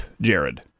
Jared